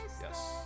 Yes